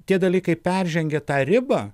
tie dalykai peržengia tą ribą